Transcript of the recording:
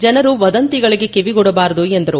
ಜನರು ವದಂತಿಗಳಿಗೆ ಕಿವಿಗೊಡಬಾರದು ಎಂದರು